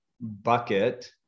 bucket